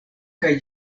kaj